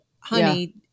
honey